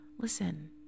Listen